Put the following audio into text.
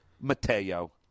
Mateo